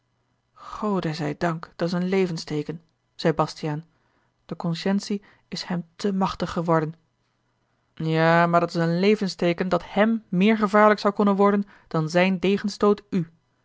gode zij dank dat's een levensteeken zeî bastiaan de consciëntie is hem te machtig geworden ja maar dat's een levensteeken dat hem meer gevaarlijk zou konnen worden dan zijn degenstoot u